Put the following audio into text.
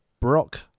Brock